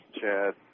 Chad